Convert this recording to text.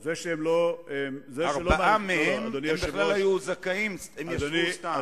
ארבעה מהם היו זכאים וישבו סתם.